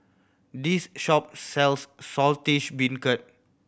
this shop sells Saltish Beancurd